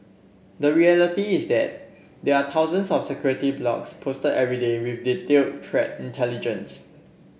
the reality is that there are thousands of security blogs posted every day with detailed threat intelligence